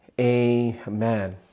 Amen